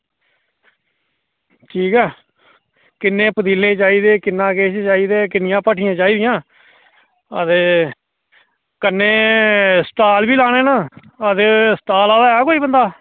ठीक ऐ किन्ने पतीले चाहिदे किन्ना किश चाहिदे किन्नियां भट्ठियां चाहिदियां अते कन्नै स्टाल बी लाने न अते स्टाल आह्ला ऐ कोई बंदा